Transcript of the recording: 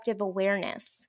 awareness